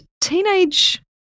teenage